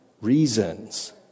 reasons